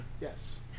Yes